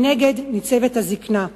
מנגד ניצבת הזיקנה.